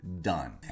done